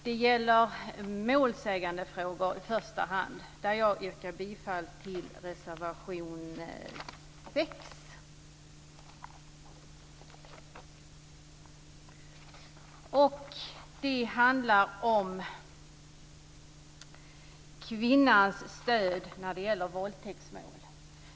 Det gäller målsägandefrågor i första hand, och jag yrkar bifall till reservation 6. Vidare handlar det om stöd till kvinnor i våldtäktsmål.